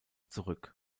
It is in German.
zurück